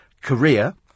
Korea